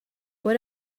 what